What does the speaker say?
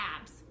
abs